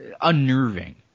unnerving